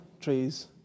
trees